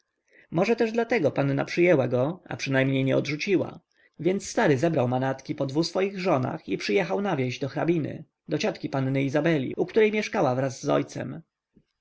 może też dlatego panna przyjęła go a przynajmniej nie odrzuciła więc stary zebrał manatki po dwu swoich żonach i przyjechał na wieś do hrabiny do ciotki panny izabeli u której mieszkała wraz z ojcem